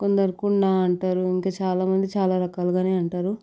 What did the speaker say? కొందరు కుండా అంటరు ఇంకా చాలామంది చాలా రకాలుగానే అంటారు